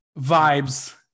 Vibes